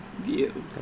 view